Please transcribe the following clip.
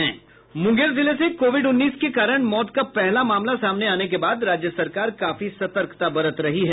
मुंगेर जिले से कोविड उन्नीस के कारण मौत का पहला मामला सामने आने के बाद राज्य सरकार काफी सतर्कता बरत रही है